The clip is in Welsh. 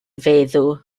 feddw